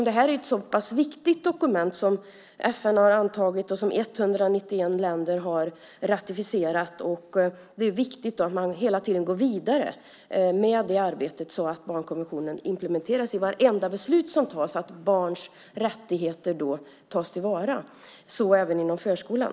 Detta är ett så pass viktigt dokument som FN har antagit och som 191 länder har ratificerat. Det är viktigt att man då hela tiden går vidare med det arbetet så att barnkonventionen implementeras i vartenda beslut som tas och så att barns rättigheter tas till vara, även inom förskolan.